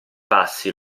passi